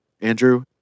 Andrew